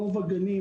רוב הגנים,